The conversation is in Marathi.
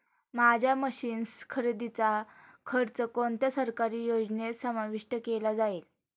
माझ्या मशीन्स खरेदीचा खर्च कोणत्या सरकारी योजनेत समाविष्ट केला जाईल?